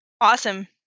Awesome